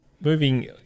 Moving